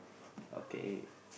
okay